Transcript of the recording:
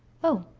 oh,